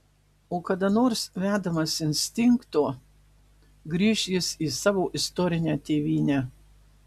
o kada nors vedamas instinkto grįš jis į savo istorinę tėvynę